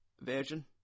version